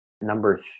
number